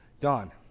don